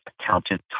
accountant